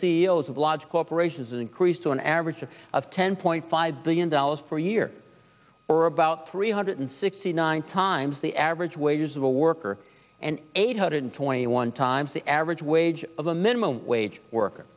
o s of large corporations is increased to an average of ten point five billion dollars per year or about three hundred sixty nine times the average wages of a worker and eight hundred twenty one times the average wage of a minimum wage worker